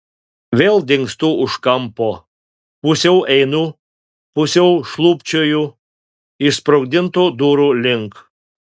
vėl dingstu už kampo pusiau einu pusiau šlubčioju išsprogdintų durų link